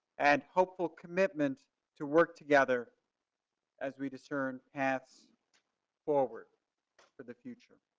and hopeful commitment to work together as we discern paths forward for the future.